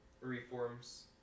reforms